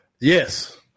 Yes